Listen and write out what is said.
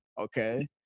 okay